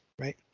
right